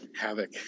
havoc